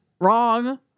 wrong